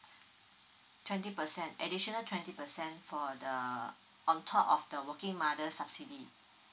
twenty percent additional twenty percent for the on top of the working mother subsidy